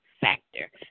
factor